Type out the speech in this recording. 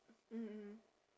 mm mm